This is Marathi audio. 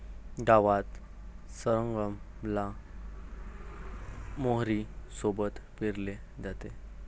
गावात सरगम ला मोहरी सोबत पेरले जाते